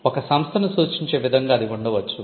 ఒక సంస్థను సూచించే విధంగా అది ఉండవచ్చు